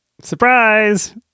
Surprise